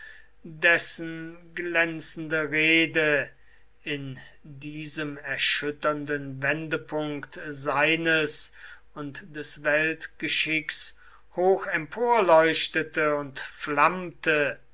dessen glänzende rede in diesem erschütternden wendepunkt seines und des weltgeschicks hoch emporleuchtete und flammte